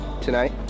tonight